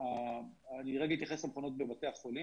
אני רגע אתייחס למכונות בבתי החולים